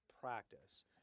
practice